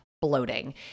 bloating